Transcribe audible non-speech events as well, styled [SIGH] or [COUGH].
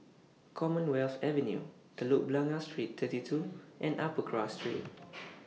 Commonwealth Avenue Telok Blangah Street thirty two and Upper Cross Street [NOISE]